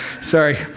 sorry